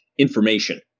information